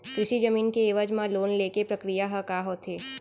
कृषि जमीन के एवज म लोन ले के प्रक्रिया ह का होथे?